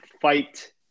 fight